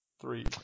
Three